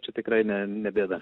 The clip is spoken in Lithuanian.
čia tikrai ne ne bėda